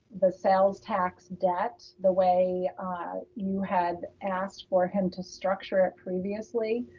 the sales tax debt, the way ah you had asked for him to structure it previously,